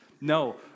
No